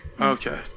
Okay